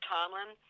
Tomlin